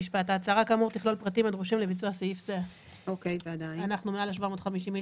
כדי שנוכל לקבל מידע לגבי כלל הישות אנחנו צריכים